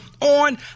on